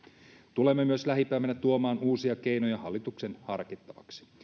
tulemme myös lähipäivinä tuomaan uusia keinoja hallituksen harkittavaksi